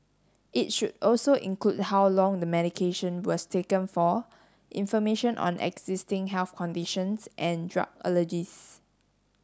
it should also include how long the medication was taken for information on existing health conditions and drug allergies